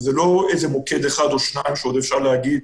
זה לא איזה מוקד אחד או שניים, שעוד אפשר להגיד